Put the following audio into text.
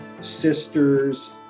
sisters